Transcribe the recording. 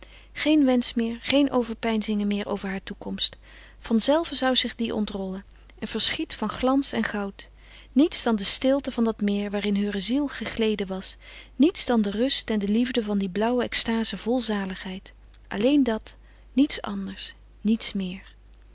geen wensch meer geen overpeinzingen meer over haar toekomst vanzelve zou zich die ontrollen een verschiet van glans en goud niets dan de stilte van dat meer waarin heure ziel gegleden was niets dan de rust en de liefde van die blauwe extaze vol zaligheid alleen dat niets anders niets meer